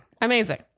Amazing